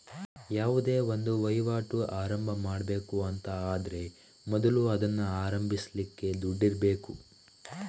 ಯಾವುದೇ ಒಂದು ವೈವಾಟು ಆರಂಭ ಮಾಡ್ಬೇಕು ಅಂತ ಆದ್ರೆ ಮೊದಲು ಅದನ್ನ ಆರಂಭಿಸ್ಲಿಕ್ಕೆ ದುಡ್ಡಿರ್ಬೇಕು